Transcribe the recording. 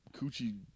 Coochie